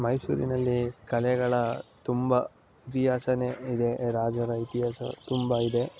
ಮೈಸೂರಿನಲ್ಲಿ ಕಲೆಗಳ ತುಂಬ ಇತಿಹಾಸನೇ ಇದೆ ರಾಜರ ಇತಿಹಾಸ ತುಂಬ ಇದೆ